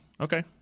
Okay